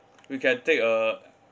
you can take a